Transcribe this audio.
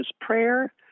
prayer